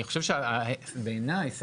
בעיניי,